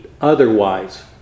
otherwise